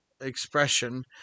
expression